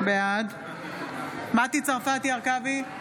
בעד מטי צרפתי הרכבי,